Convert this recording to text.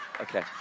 Okay